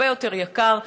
הרבה יותר יקר,